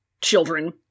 Children